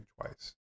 twice